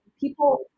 people